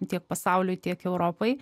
tiek pasauliui tiek europai